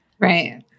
right